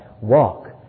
walk